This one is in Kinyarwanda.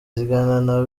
zigana